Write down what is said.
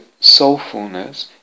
soulfulness